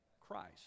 Christ